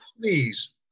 please